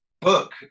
book